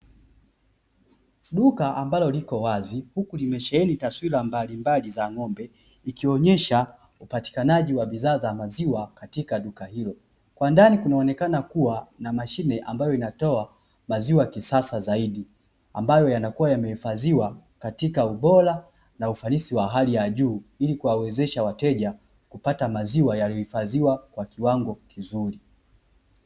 Duka ambalo liko wazi huku limesheheni taswira mbalimbali za ng'ombe ikionyesha upatikanaji wa bidhaa za maziwa katika duka hilo. Kwa ndani kunaonekana kuwa na mashine ambayo inatoa maziwa ya kisasa zaidi, ambayo yanakuwa yamehifadhiwa katika ubora na ufanisi wa hali ya juu ili kuwawezesha wateja kupata maziwa yaliyohifadhiwa kwa kiwango kizuri.